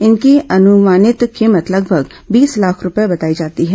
इनकी अनुमानित कीमत लगभग बीस लाख रूपये बताई जाती है